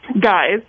guys